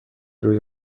روی